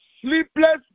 sleepless